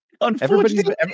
Unfortunately